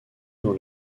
dans